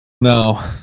No